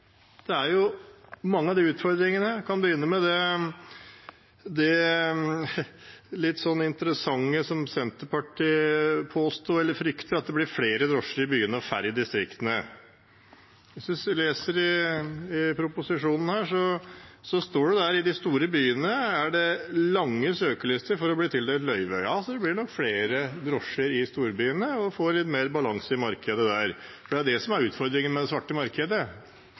mange av de utfordringene. Jeg kan begynne med det litt interessante som Senterpartiet påstår eller frykter, at det blir flere drosjer i byene og færre i distriktene. Jeg leser i proposisjonen at i de store byene er det lange søkerlister for å bli tildelt løyve. Ja, det blir nok flere drosjer i storbyene, og en får litt mer balanse i markedet der, for det er det som er utfordringen med det svarte markedet: